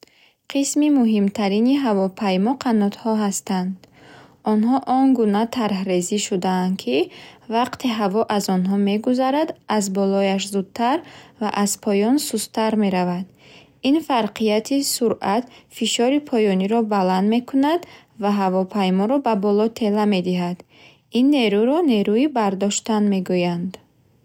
Қисми муҳимтарини ҳавопаймо қанотҳо ҳастанд. Онҳо он гуна тарҳрезӣ шудаанд, ки вақте ҳаво аз онҳо мегузарад, аз болояш зудтар ва аз поён сусттар меравад. Ин фарқияти суръат фишори поёниро баланд мекунад ва ҳавопайморо ба боло тела медиҳад. Ин нерӯро нерӯи бардоштан мегӯянд.